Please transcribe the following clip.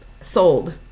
sold